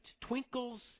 twinkles